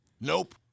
Nope